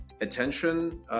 attention